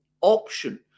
option